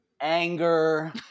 anger